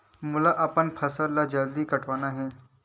मोला अपन फसल ला जल्दी कटवाना हे?